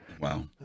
Wow